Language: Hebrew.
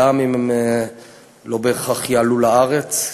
גם אם הן לא בהכרח יעלו לארץ,